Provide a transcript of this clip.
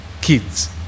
kids